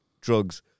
drugs